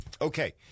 okay